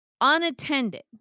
unattended